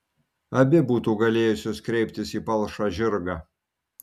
abi būtų galėjusios kreiptis į palšą žirgą